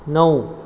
नऊ